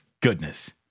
goodness